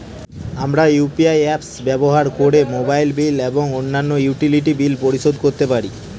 আমরা UPI apps ব্যবহার করে মোবাইল বিল এবং অন্যান্য ইউটিলিটি বিল পরিশোধ করতে পারি